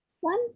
one